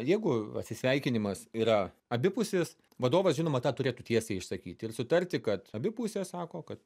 jegu atsisveikinimas yra abipusis vadovas žinoma tą turėtų tiesiai išsakyti ir sutarti kad abi pusės sako kad